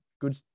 good